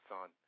Son